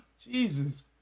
Jesus